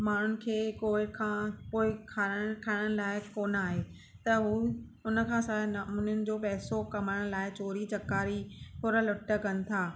माण्हुनि खें कोविड खां पोइ खारण खाइण लाइ कोन आहे त हू हुन खां हुननि जो पैसो कमाइण लाइ चोरी चकारी पुर लुट कनि था